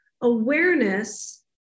awareness